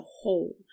whole